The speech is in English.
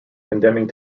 condemning